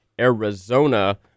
Arizona